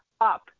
up